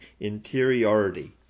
interiority